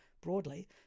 broadly